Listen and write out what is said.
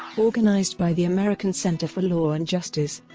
organised by the american center for law and justice,